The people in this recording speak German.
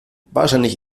wahrscheinlich